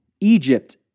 Egypt